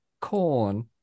corn